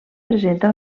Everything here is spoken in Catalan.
presenta